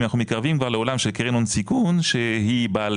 אנחנו מתקרבים כבר לעולם של קרן הון סיכון שהיא בעל